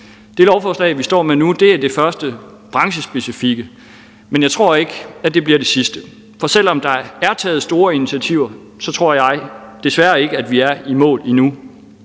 Det lovforslag, vi står med nu, er det første branchespecifikke, men jeg tror ikke, at det bliver det sidste. For selv om der er taget store initiativer, tror jeg desværre ikke, at vi er i mål endnu.